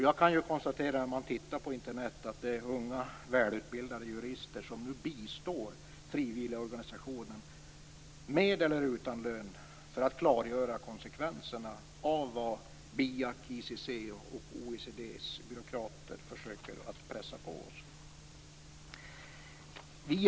Jag kan när jag tittar på Internet konstatera att det är unga välutbildade jurister som bistår frivilliga organisationer, med eller utan lön, för att klargöra konsekvenserna av vad BIAC:s, ICC:s och OECD:s byråkrater försöker pressa på oss.